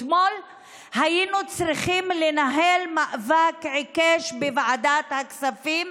אתמול היינו צריכים לנהל מאבק עיקש בוועדת הכספים